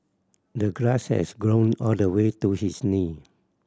the grass has grown all the way to his knee